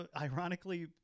ironically